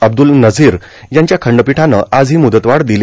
अब्दुल नझीर यांच्या खंडपीठानं आज ही मुदतवाढ दिली